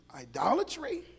Idolatry